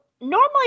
normally